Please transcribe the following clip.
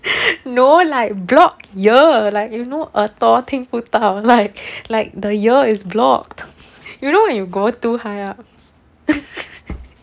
no like block ear like you know 耳朵听不到 like like the ear is blocked you know when you go too high up